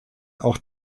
auch